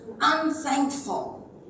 unthankful